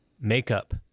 makeup